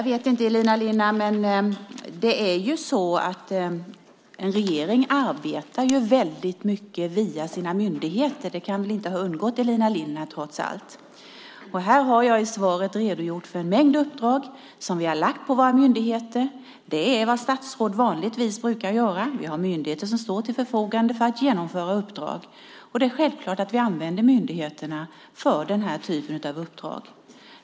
Herr talman! Ja, Elina Linna, regeringen arbetar väldigt mycket via sina myndigheter. Det kan inte ha undgått Elina Linna trots allt. Här har jag i svaret redogjort för en mängd uppdrag som vi har lagt på våra myndigheter. Det är vad statsråd vanligtvis brukar göra. Vi har myndigheter som står till förfogande för att genomföra uppdrag. Det är självklart att vi använder myndigheterna för den här typen av uppdrag.